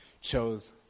chose